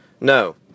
No